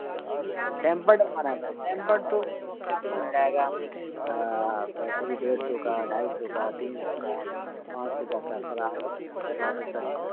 جی sir tempered ڈلوانا ہے sir tempered تو مطلب سر آپ کو مل جائے گا ویسے یہ ڈیرھ سو کا ڈھائی سو کا تین سو کا پانچ سو تک کا ساڑھے آٹھ سو تک کا ہمارے پاس ہے سر